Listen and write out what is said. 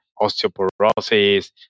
osteoporosis